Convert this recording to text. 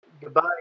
Goodbye